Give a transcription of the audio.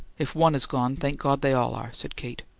if one is gone, thank god they all are, said kate.